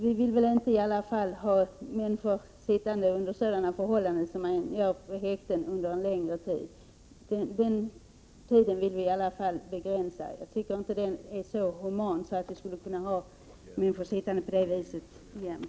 Vi vill väl ändå inte ha människor intagna i häkten under längre tid. Vi vill begränsa häktningstiden. Det är inte humant att låta de intagna sitta länge i häkte.